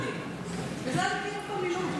כנסת נכבדה, אני רוצה לנצל את הבמה הזאת